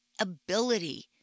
ability